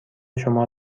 شما